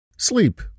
Sleep